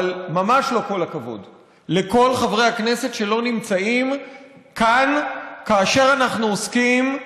אבל ממש לא כל הכבוד לכל חברי הכנסת שלא נמצאים כאן כאשר אנחנו עוסקים,